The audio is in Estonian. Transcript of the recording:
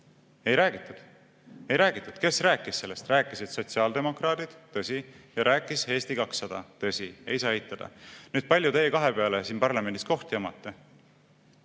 Ei räägitud! Kes rääkis sellest? Rääkisid sotsiaaldemokraadid, tõsi, ja rääkis Eesti 200 – tõsi, ei saa eitada. Kui palju teie kahe peale siin parlamendis kohti omate?